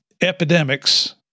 epidemics